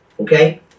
Okay